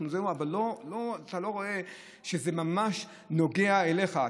אבל אתה לא רואה שזה ממש נוגע אליך.